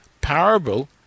parable